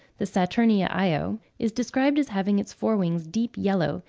the saturnia io, is described as having its fore-wings deep yellow,